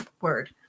word